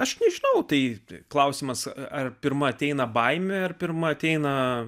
aš nežinau tai klausimas ar pirma ateina baimė ar pirma ateina